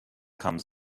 comes